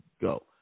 go